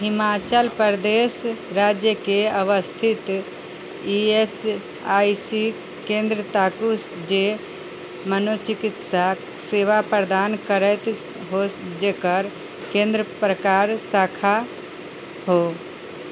हिमाचल प्रदेश राज्यके अवस्थित E S I C केन्द्र ताकू जे मनोचिकित्सा सेवा प्रदान करैत हो जकर केन्द्रके प्रकार शाखा हो